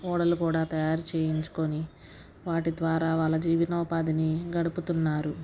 ఓడలు కూడా తయారు చేయించుకొని వాటి ద్వారా వాళ్ల జీవనోపాధిని గడుపుతున్నారు